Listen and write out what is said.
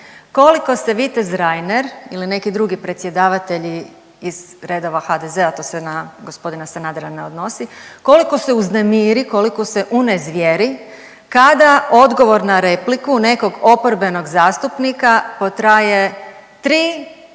koliko se vitez Reiner ili neki drugi predsjedavatelji iz redova HDZ-a to se na g. Sanadera ne odnosi, koliko se uznemiri, koliko se uznevjeri kada odgovor na repliku nekog oporbenog zastupnika potraje 3,